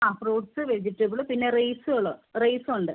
ആ fruits vegetable പിന്നെ റൈസുകള് റൈസൊണ്ട്